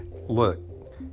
look